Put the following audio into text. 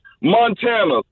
Montana